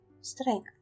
strength